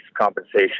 compensation